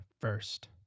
first